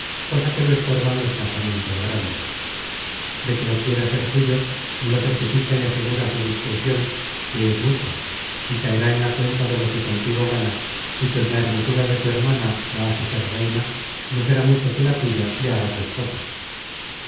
cosa que lo estorban los casamientos grandes de que lo quiera ser tuyo me lo certifica y asegura su discrecion que es mucha y caerá en la cuenta de lo que contigo gana y pues la hermosura de su hermana la hace ser reina no será mucho que la tuya le haga tu esposo